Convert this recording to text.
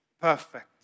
perfect